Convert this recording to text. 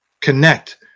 connect